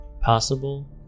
Possible